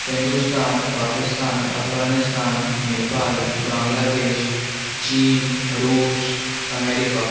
हिंदुस्तान पाकिस्तान अफ़्ग़ानिस्तान नेपाल बांग्लादेश चीन रूस अमेरिका